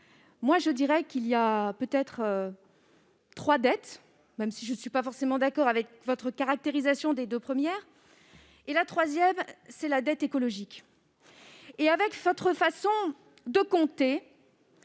je dirai qu'elle en a trois, même si je ne suis pas forcément d'accord avec votre caractérisation des deux premières. La troisième, c'est la dette écologique. Avec votre façon de compter,